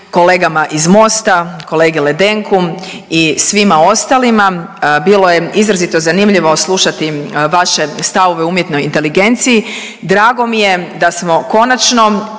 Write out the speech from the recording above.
kolegama iz Mosta, kolegi Ledenku i svima ostalima. Bilo je izrazito zanimljivo slušati vaše stavove o umjetnoj inteligenciji. Drago mi je da smo konačno